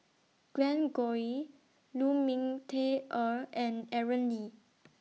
Glen Goei Lu Ming Teh Earl and Aaron Lee